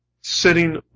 sitting